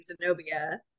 Zenobia